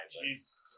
Jesus